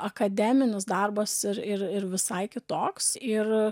akademinis darbas ir ir ir visai kitoks ir